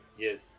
Yes